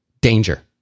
danger